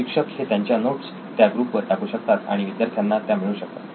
शिक्षक हे त्यांच्या नोट्स त्या ग्रुप वर टाकू शकतात आणि विद्यार्थ्यांना त्या मिळू शकतात